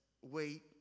wait